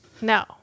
no